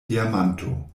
diamanto